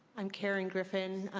i'm karen griffin,